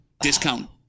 Discount